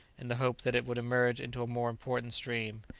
in the hope that it would emerge into a more important stream,